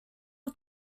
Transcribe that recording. was